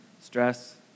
Stress